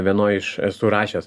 vienoj iš esu rašęs